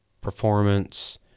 performance